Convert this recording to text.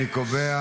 אני קובע